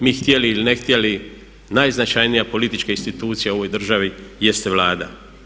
Mi htjeli ili ne htjeli najznačajnija politička institucija u ovoj državi jeste Vlada.